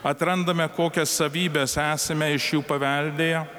atrandame kokias savybes esame iš jų paveldėję